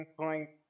point